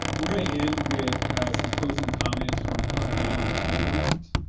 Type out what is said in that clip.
we're gonna end with some closing comments from our panel members,